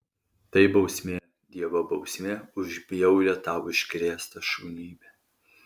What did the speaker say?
tai bausmė dievo bausmė už bjaurią tau iškrėstą šunybę